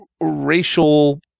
racial